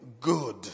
good